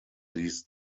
least